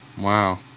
Wow